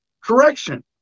correction